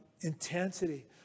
intensity